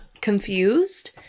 Confused